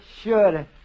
Sure